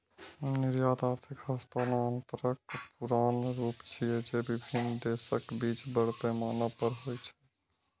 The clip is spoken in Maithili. निर्यात आर्थिक हस्तांतरणक पुरान रूप छियै, जे विभिन्न देशक बीच बड़ पैमाना पर होइ छै